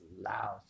loud